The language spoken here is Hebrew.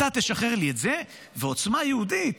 אתה תשחרר לי את זה, ועוצמה יהודית